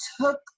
took